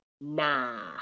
nah